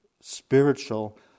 spiritual